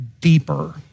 deeper